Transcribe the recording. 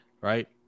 right